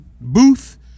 booth